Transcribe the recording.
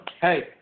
hey